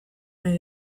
nahi